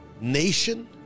nation